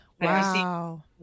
Wow